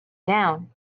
down